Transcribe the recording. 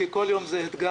כי כל יום הוא אתגר.